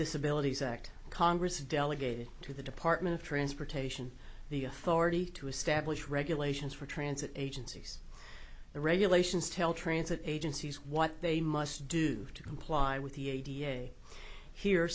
disabilities act congress delegated to the department of transportation the authority to establish regulations for transit agencies the regulations tell transit agencies what they must do to comply with the d a here